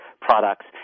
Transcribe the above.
products